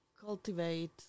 cultivate